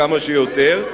כמה שיותר,